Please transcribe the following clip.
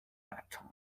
bedtime